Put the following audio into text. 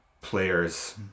players